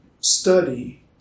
study